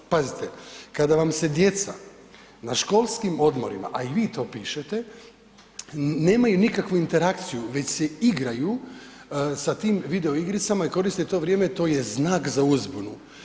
Pazite, kada vam se djeca na školskim odmorima, a i vi to pišete nemaju nikakvu interakciju već se igraju sa tim video igricama i koriste to vrijeme to je znak za uzbunu.